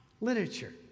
literature